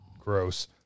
Gross